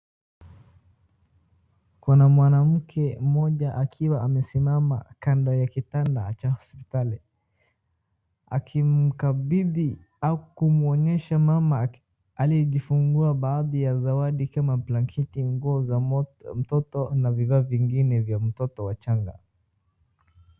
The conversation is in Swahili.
Kuna mwanamke mmoja akiwa amesimama kando ya kitanda cha hospitali, akimkabidhi au kumwonyesha mama aliyejifungua baadhi ya zawadi kama blanketi, nguo za mtoto na vifaa vingine vya mtoto wachanga.